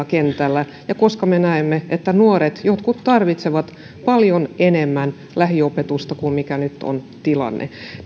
kentällä ja koska me näemme että jotkut nuoret tarvitsevat paljon enemmän lähiopetusta kuin mikä nyt on tilanne